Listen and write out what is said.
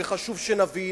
וחשוב שנבין,